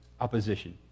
opposition